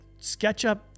SketchUp